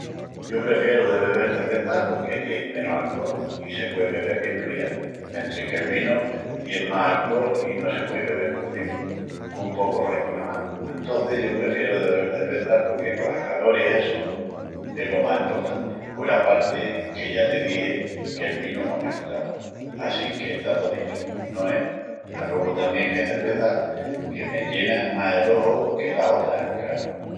Yo prefieru de bebel cerveza porque tien menus alcol i se puei bebel bien fría, mentris que'l vinu tien más alcol i no se puei bebel mu fríu, un pocu frescu namás. Antocis yo prefieru de bebel cerveza porque colas caloris essu es lo más emportanti. Hueraparti que ya te dixi que'l vinu no me gustava assinque está tó dichu, no es? Alogu tamién ain cervezas que m'enllenan más el oju que las otras, craru.